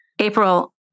April